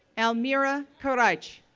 almira karajic,